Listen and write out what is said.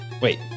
Wait